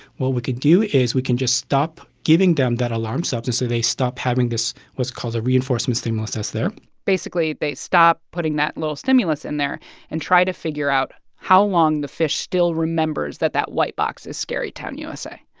what we can do is we can just stop giving them that alarm substance, so they stop having this what's called a reinforcement stimulus test there basically, they stop putting that little stimulus in there and try to figure out how long the fish still remembers that that white box is scarytown, u s a.